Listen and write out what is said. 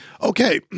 Okay